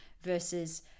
versus